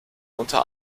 unter